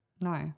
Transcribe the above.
No